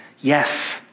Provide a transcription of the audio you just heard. yes